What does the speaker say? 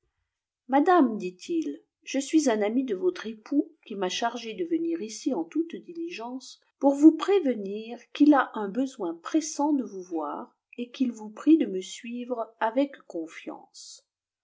madame dit-il je suis un ami de votre époux qui m'a chargé de venir ici en toute diligence pour vous prévenir qu'il a un besoin pressant de vous voir et qu'il vous prie de me suivre avec conflauce